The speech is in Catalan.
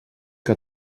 que